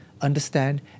understand